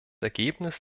ergebnis